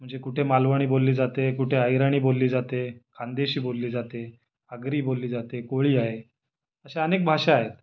म्हणजे कुठे मालवणी बोलली जाते कुठे अहिराणी बोलली जाते खान्देशी बोलली जाते आगरी बोलली जाते कोळी आहे अशा अनेक भाषा आहेत